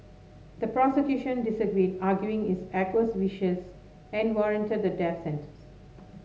the prosecution disagreed arguing is act was vicious and warranted the death sentence